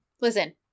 listen